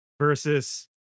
versus